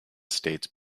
states